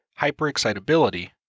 hyperexcitability